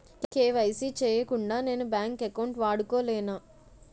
KYC చేయకుండా నేను bank account వాడుకొలేన?